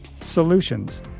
Solutions